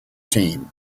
team